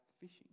fishing